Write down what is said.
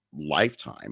lifetime